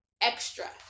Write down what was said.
extra